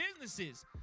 businesses